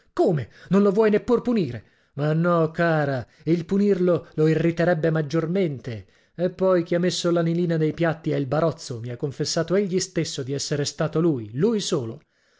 come non lo vuoi neppur punire ma no cara il punirlo lo irriterebbe maggiormente e poi chi ha messo l'anilina nei piatti è il barozzo mi ha confessato egli stesso di essere stato lui lui solo